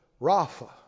Rapha